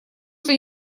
что